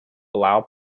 allow